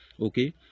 okay